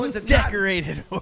Decorated